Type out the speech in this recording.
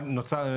נוצר,